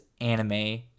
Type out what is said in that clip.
anime